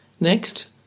Next